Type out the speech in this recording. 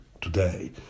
today